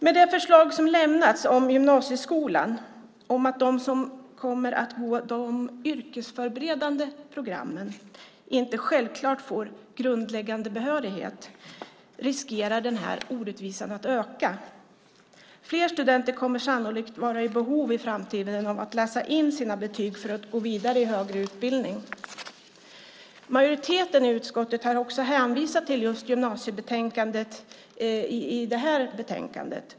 Med det förslag som har lämnats om gymnasieskolan, om att de som kommer att gå de yrkesförberedande programmen inte självklart får grundläggande behörighet, riskerar den här orättvisan att öka. Fler studenter kommer i framtiden sannolikt att vara i behov av att läsa in sina betyg för att kunna gå vidare till högre utbildning. Majoriteten i utskottet har också hänvisat till just Gymnasieutredningens betänkande i det här betänkandet.